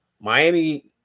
Miami